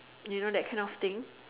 you know that kind of thing